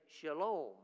Shalom